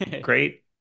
Great